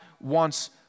wants